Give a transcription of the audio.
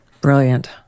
Brilliant